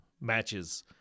matches